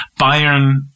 Bayern